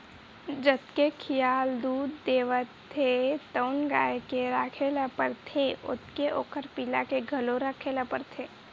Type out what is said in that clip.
जतके खियाल दूद देवत हे तउन गाय के राखे ल परथे ओतके ओखर पिला के घलो राखे ल परथे